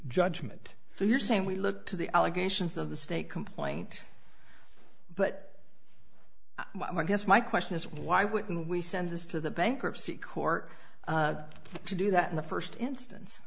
judgment so you're saying we look to the allegations of the state complaint but i guess my question is why wouldn't we send this to the bankruptcy court to do that in the first instance